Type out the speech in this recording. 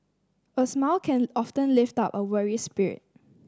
a smile can often lift up a weary spirit